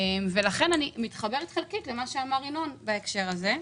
לכן אני מתחברת חלקית אל מה שאמר ינון בהקשר הזה.